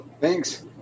Thanks